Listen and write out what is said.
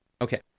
Okay